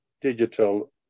digital